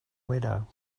widow